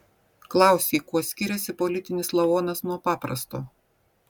klausei kuo skiriasi politinis lavonas nuo paprasto